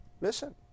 Listen